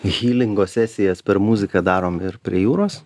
hilingo sesijas per muziką darom ir prie jūros